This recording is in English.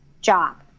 job